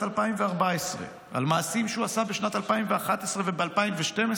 2014 על מעשים שהוא עשה בשנת 2011 וב-2012,